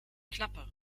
klappe